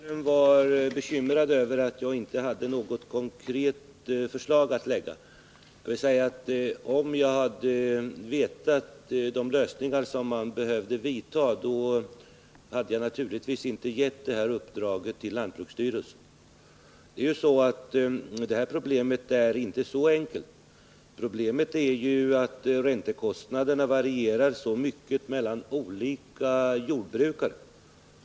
Herr talman! Rune Ångström var bekymrad över att jag inte hade något konkret förslag att lägga fram. Om jag hade vetat vilka lösningar som behövde vidtas, hade jag inte gett det här uppdraget till lantbruksstyrelsen. Det här problemet är inte så enkelt. Problemet är att räntekostnaderna varierar så mycket mellan olika jordbrukare.